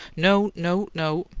no, no, no!